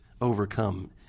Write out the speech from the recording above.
overcome